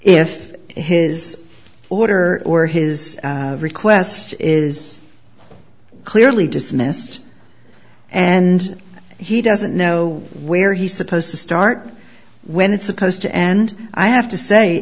if his order or his request is clearly dismissed and he doesn't know where he's supposed to start when it's supposed to and i have to say